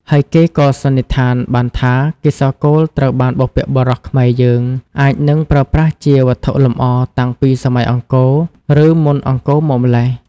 ហើយគេក៏សន្និដ្ឋានបានថា កេសរកូល ត្រូវបានបុព្វបុរសខ្មែរយើង អាចនឹងប្រើប្រាស់ជាវត្ថុលម្អតាំងពីសម័យអង្គរ ឬមុនអង្គរមកម៉្លេះ។